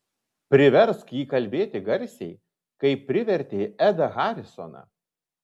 priversk jį kalbėti garsiai kaip privertei edą harisoną